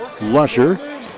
Lusher